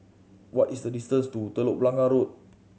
what is the distance to Telok Blangah Road